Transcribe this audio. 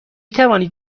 توانید